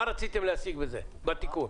מה רציתם להשיג בזה, בתיקון?